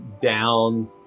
down